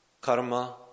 karma